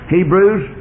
Hebrews